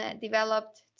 developed